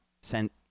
sent